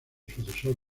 sucesor